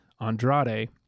Andrade